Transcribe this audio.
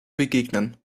begegnen